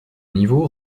niveau